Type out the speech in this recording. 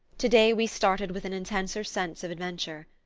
today we started with an intenser sense of adventure.